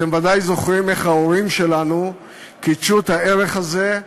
אתם ודאי זוכרים איך ההורים שלנו קידשו את הערך הזה,